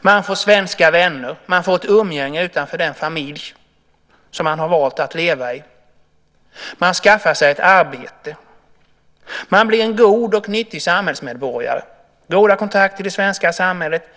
Man får svenska vänner. Man får ett umgänge utanför den familj som man har valt att leva i. Man skaffar sig ett arbete. Man blir en god och nyttig samhällsmedborgare med goda kontakter i det svenska samhället.